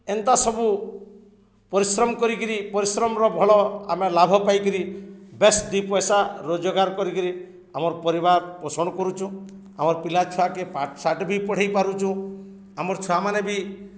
ଏନ୍ତା ସବୁ ପରିଶ୍ରମ କରିକିରି ପରିଶ୍ରମର ଭଲ ଆମେ ଲାଭ ପାଇକିରି ବେେଶ ଦି ପଇସା ରୋଜଗାର କରିକିରି ଆମର୍ ପରିବାର ପୋଷଣ କରୁଛୁଁ ଆମର୍ ପିଲାଛୁଆକେ ପାଠସାଠ ବି ପଢ଼େଇ ପାରୁଛୁଁ ଆମର ଛୁଆମାନେ ବି